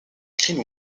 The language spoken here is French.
gris